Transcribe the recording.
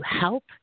help